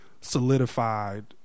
solidified